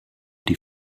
die